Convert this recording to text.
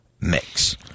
mix